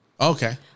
Okay